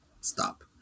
Stop